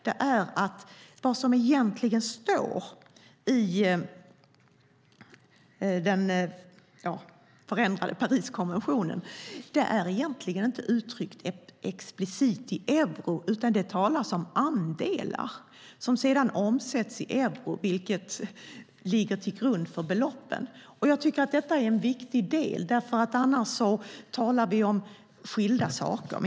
Det som står i den förändrade Pariskonventionen är egentligen inte uttryckt explicit i euro, utan det talas om andelar som sedan omsätts i euro, vilket ligger till grund för beloppen. Jag tycker att det är viktigt, annars talar vi om skilda saker.